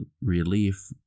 relief